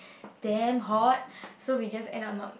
damn hot so we just end up not